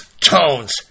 tones